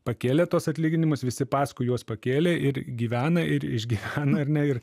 pakėlė tuos atlyginimus visi paskui juos pakėlė ir gyvena ir išgyvena ar ne ir